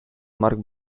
mark